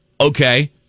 Okay